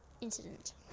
incident